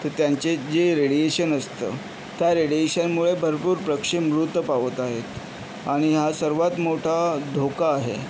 तर त्यांचे जे रेडीएशन असतं त्या रेडीएशनमुळे भरपूर पक्षी मृत पावत आहे आणि हा सर्वात मोठा धोका आहे